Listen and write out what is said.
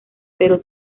pero